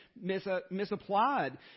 misapplied